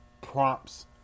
prompts